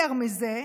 יותר מזה,